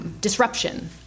disruption